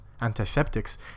antiseptics